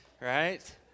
Right